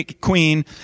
queen